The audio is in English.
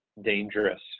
dangerous